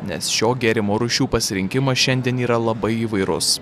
nes šio gėrimo rūšių pasirinkimas šiandien yra labai įvairus